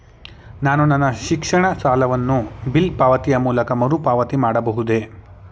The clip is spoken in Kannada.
ನಾನು ನನ್ನ ಶಿಕ್ಷಣ ಸಾಲವನ್ನು ಬಿಲ್ ಪಾವತಿಯ ಮೂಲಕ ಮರುಪಾವತಿ ಮಾಡಬಹುದೇ?